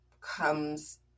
comes